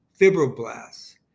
fibroblasts